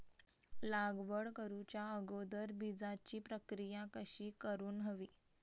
लागवड करूच्या अगोदर बिजाची प्रकिया कशी करून हवी?